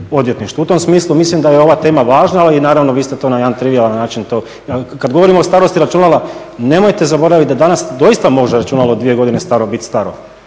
U tom smislu mislim da je ova tema važna, ali i naravno vi ste to na jedan trivijalan način, kad govorimo o starosti računala nemojte zaboraviti da danas doista može računalo dvije godine staro